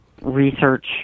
research